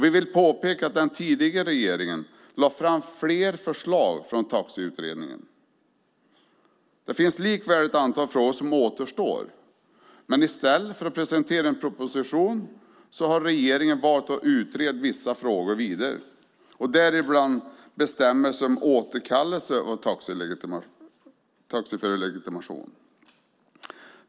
Vi vill påpeka att den tidigare regeringen lade fram flera förslag från taxiutredningen. Det finns likväl ett antal frågor som återstår, men i stället för att presentera en proposition har regeringen valt att utreda vissa frågor vidare, däribland bestämmelser om återkallelse av taxiförarlegitimation.